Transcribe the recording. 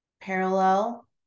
parallel